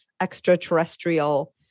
extraterrestrial